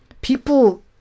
people